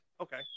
Okay